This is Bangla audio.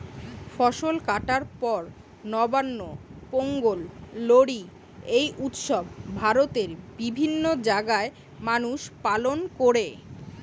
ফসল কাটার পর নবান্ন, পোঙ্গল, লোরী এই উৎসব ভারতের বিভিন্ন জাগায় মানুষ পালন কোরে